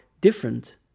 different